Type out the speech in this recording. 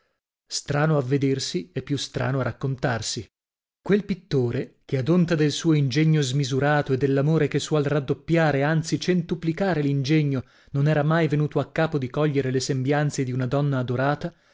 strano a vedersi e più strano a raccontarsi quel pittore che ad onta del suo ingegno smisurato e dell'amore che suol raddoppiare anzi centuplicare l'ingegno non era mai venuto a capo di cogliere le sembianze di una donna adorata